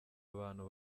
abantu